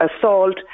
assault